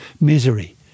misery